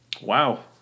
Wow